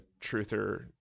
truther